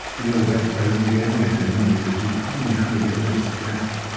you know the best present you gave me? i said, no. he says, you taught me how to get rid of stress.